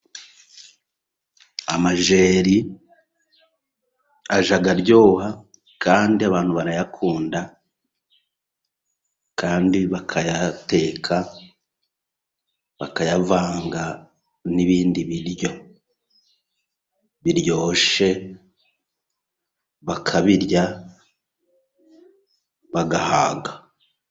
Amajeri ajya araryoha kandi abantu barayakunda, kandi bakayateka bakayavanga n'ibindi biryo biryoshye, bakabirya bagahaga.